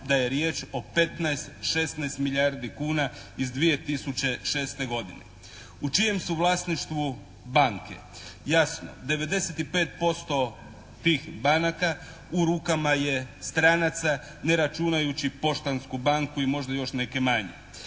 da je riječ o 15, 16 milijardi kuna iz 2006. godine. U čijem su vlasništvu banke? Jasno, 95% tih banaka u rukama je stranaca ne računajući Poštansku banku i možda još neke manje.